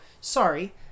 sorry